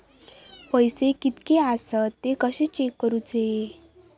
पैसे कीतके आसत ते कशे चेक करूचे?